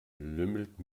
lümmelt